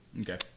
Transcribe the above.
okay